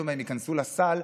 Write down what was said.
אילו מהן ייכנסו לסל,